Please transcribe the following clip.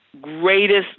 greatest